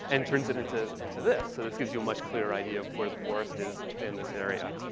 and turns it into into this. so this gives you much clearer idea of where the forest is in this area.